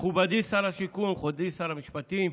מכובדי שר השיכון, מכובדי שר המשפטים,